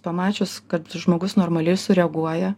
pamačius kad žmogus normaliai sureaguoja